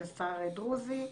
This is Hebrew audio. ושר דרוזי,